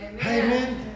Amen